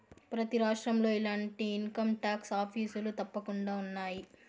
ప్రతి రాష్ట్రంలో ఇలాంటి ఇన్కంటాక్స్ ఆఫీసులు తప్పకుండా ఉన్నాయి